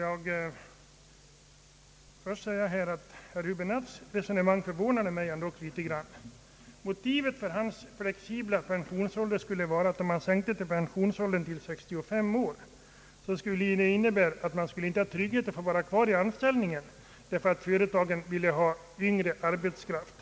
Herr talman! Herr Höäbinettes resonemang förvånade mig något. Motivet för hans flexibla pensionsålder skulle vara att en sänkning av pensionsåldern till 65 år skulle innebära att man tog bort tryggheten att få stanna kvar i en anställning därför att företaget vill ha yngre arbetskraft.